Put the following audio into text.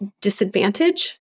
disadvantage